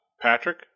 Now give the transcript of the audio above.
Patrick